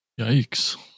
Yikes